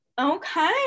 Okay